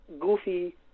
goofy